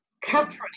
Catherine